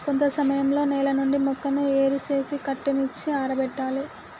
కొంత సమయంలో నేల నుండి మొక్కను ఏరు సేసి కట్టనిచ్చి ఆరబెట్టాలి